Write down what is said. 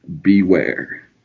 Beware